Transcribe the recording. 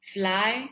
fly